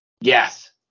Yes